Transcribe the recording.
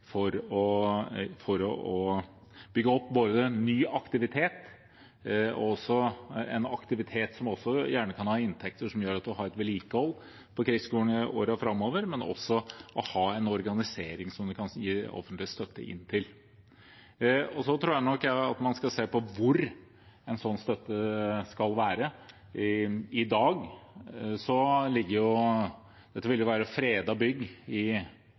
for å bygge opp både ny aktivitet og aktivitet som gjerne gir inntekter som gjør at man kan ha et vedlikehold av krigsskolen i årene framover, men også en organisering som det kan gis offentlig støtte til. Jeg tror nok man skal se på hvor en sånn støtte skal ligge. Dette vil være et fredet bygg, riktignok til en stiftelse og ikke i privat eie. Det ligger en støtteordning hos Riksantikvaren som man kan søke på allerede, men den er for liten sett i